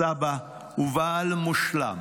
סבא ובעל מושלם.